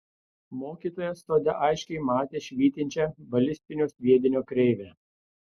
mokytojas sode aiškiai matė švytinčią balistinio sviedinio kreivę